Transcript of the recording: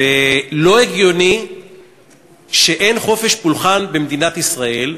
ולא הגיוני שאין חופש פולחן במדינת ישראל,